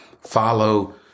follow